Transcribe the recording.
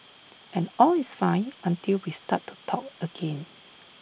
and all is fine until we start to talk again